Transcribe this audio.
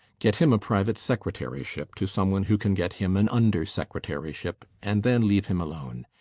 get him a private secretaryship to someone who can get him an under secretaryship and then leave him alone.